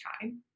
time